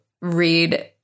read